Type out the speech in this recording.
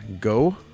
go